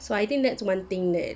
so I think that's one thing that